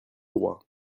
droit